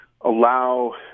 allow